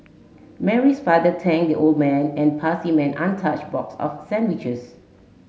Mary's father thanked the old man and passed him an untouched box of sandwiches